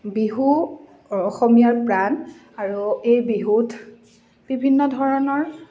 বিহু অসমীয়াৰ প্ৰাণ আৰু এই বিহুত বিভিন্ন ধৰণৰ